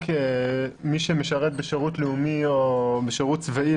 מי שמשרת בשירות לאומי או בשירות צבאי,